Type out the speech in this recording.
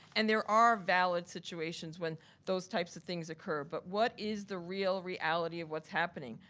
and there are valid situations when those types of things occur. but what is the real reality of what's happening?